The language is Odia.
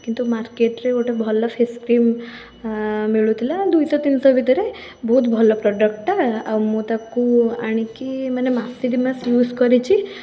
କିନ୍ତୁ ମାର୍କେଟ୍ରେ ଗୋଟେ ଭଲ ଫେସ୍ କ୍ରିମ୍ ମିଳୁଥିଲା ଦୁଇଶହ ତିନିଶହ ଭିତରେ ବହୁତ ଭଲ ପ୍ରଡ଼କ୍ଟଟା ଆଉ ମୁଁ ତାକୁ ଆଣିକି ମାନେ ମାସେ ଦୁଇମାସ ୟୁଜ୍ କରିଛି